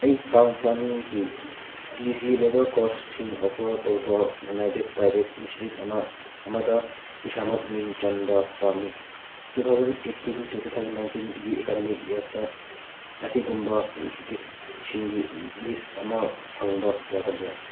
ꯑꯩ ꯇꯥꯎꯟ ꯄ꯭ꯂꯥꯅꯤꯡꯒꯤ P G ꯂꯦꯕꯦꯜ ꯀꯣꯔꯁꯁꯤꯡ ꯑꯣꯐꯔ ꯇꯧꯕ ꯑꯣꯟꯑꯥꯏꯗꯦꯠ ꯄ꯭ꯔꯥꯏꯕꯦꯠ ꯏꯟꯁꯇꯤꯇ꯭ꯌꯨꯠ ꯑꯃ ꯑꯃꯗ ꯏꯁꯥꯃꯛ ꯃꯤꯡ ꯆꯟꯕ ꯄꯥꯝꯃꯤ two thousand eighteen two thousand ꯅꯥꯏꯅꯇꯟꯒꯤ ꯑꯦꯀꯥꯗꯃꯤꯛ ꯏꯇꯔꯗ ꯑꯁꯤꯒꯨꯝꯕ ꯏꯟꯁꯇꯤꯇ꯭ꯌꯨꯠꯁꯤꯡꯒꯤ ꯂꯤꯁ ꯑꯃ ꯐꯪꯕ ꯌꯥꯒꯗ꯭ꯔ